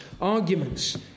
arguments